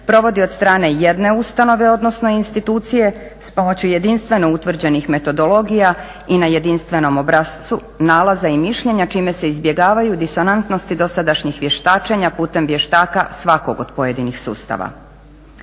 provodi od strane jedne ustanove, odnosno institucije s pomoću jedinstveno utvrđenih metodologija i na jedinstvenom obrascu nalaza i mišljenja čime se izbjegavaju disonantnosti dosadašnjih vještačenja putem vještaka svakog od pojedinih sustava.